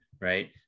Right